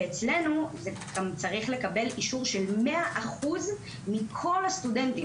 ואצלנו גם צריך לקבל אישור של 100% מכל הסטודנטים.